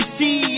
see